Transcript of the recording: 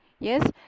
Yes